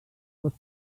dos